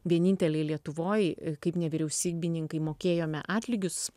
vieninteliai lietuvoj kaip nevyriausybininkai mokėjome atlygius